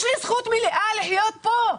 יש לי זכות מלאה לחיות פה,